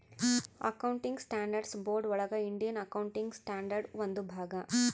accounting standards board ಒಳಗ Indian accounting standard ಒಂದು ಭಾಗ